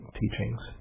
teachings